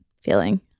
feeling